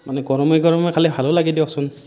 মানে গৰমে গৰমে খালে ভালো লাগে দিয়কচোন